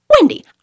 Wendy